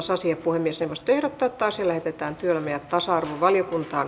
puhemiesneuvosto ehdottaa että asia lähetetään työelämä ja tasa arvovaliokuntaan